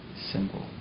simple